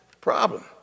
problem